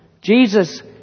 Jesus